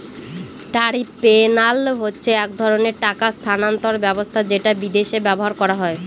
tariff PayPal হচ্ছে এক ধরনের টাকা স্থানান্তর ব্যবস্থা যেটা বিদেশে ব্যবহার করা হয়